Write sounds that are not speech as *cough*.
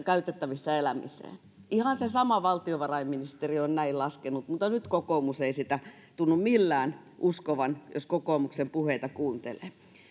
*unintelligible* käytettävissä elämiseen ihan se sama valtiovarainministeriö on näin laskenut mutta nyt kokoomus ei sitä tunnu millään uskovan jos kokoomuksen puheita kuuntelee